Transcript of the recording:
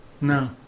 No